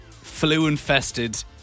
flu-infested